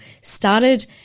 started